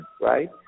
right